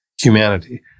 humanity